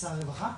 כשר הרווחה.